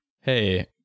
Hey